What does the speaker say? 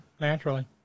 naturally